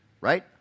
right